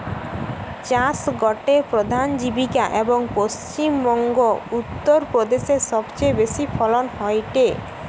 চাষ গটে প্রধান জীবিকা, এবং পশ্চিম বংগো, উত্তর প্রদেশে সবচেয়ে বেশি ফলন হয়টে